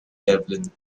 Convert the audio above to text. devlin